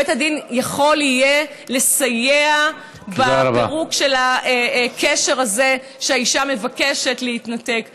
בית הדין יוכל לסייע בפירוק של הקשר הזה שהאישה מבקשת להתנתק ממנו.